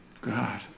god